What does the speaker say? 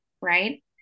right